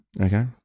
Okay